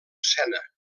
sena